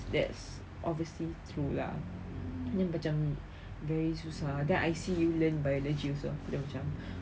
that's obviously true lah then macam very susah then I see you learn by laju so aku dah macam